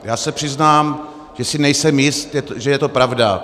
Já se přiznám, že si nejsem jist, že je to pravda.